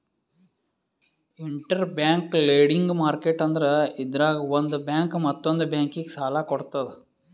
interbank lending market ಅಂದ್ರ ಇದ್ರಾಗ್ ಒಂದ್ ಬ್ಯಾಂಕ್ ಮತ್ತೊಂದ್ ಬ್ಯಾಂಕಿಗ್ ಸಾಲ ಕೊಡ್ತದ್